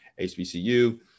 HBCU